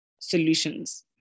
solutions